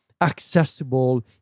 accessible